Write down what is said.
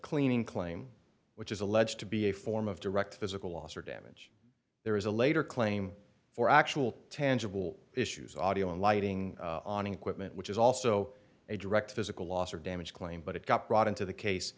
cleaning claim which is alleged to be a form of direct physical loss or damage there is a later claim for actual tangible issues audio and lighting on equipment which is also a direct physical loss or damage claim but it got brought into the case